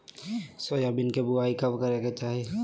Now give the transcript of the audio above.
Soybean के बुआई कब करे के चाहि?